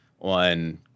on